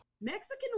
Mexican